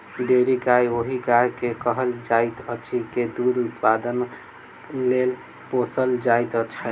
dairy गाय ओहि गाय के कहल जाइत अछि जे दूध उत्पादनक लेल पोसल जाइत छै